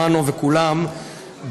מנו וכולם,